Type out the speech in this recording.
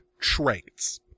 traits